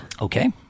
Okay